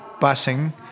busing